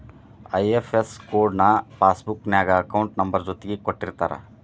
IFS code ನ passbook ನ್ಯಾಗ account number ಜೊತಿಗೆ ಕೊಟ್ಟಿರ್ತಾರ